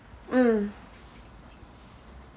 mm